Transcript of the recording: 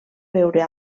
veure